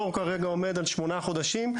התור כרגע עומד על שמונה חודשים.